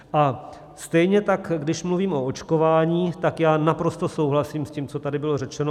A stejně tak když mluvím o očkování, tak naprosto souhlasím s tím, co tady bylo řečeno.